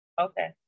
Okay